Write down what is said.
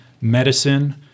medicine